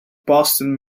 boston